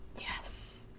Yes